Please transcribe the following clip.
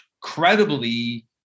credibly